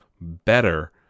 better